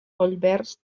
collverds